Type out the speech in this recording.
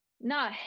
no